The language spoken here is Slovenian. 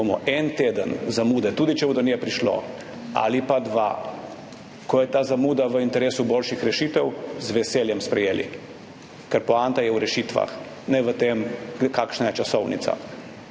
bomo en teden zamude, tudi če bo do nje prišlo, ali pa dva, ko je ta zamuda v interesu boljših rešitev, z veseljem sprejeli, ker poanta je v rešitvah, ne v tem, kakšna je časovnica.